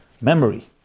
memory